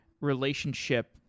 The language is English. relationship